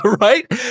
right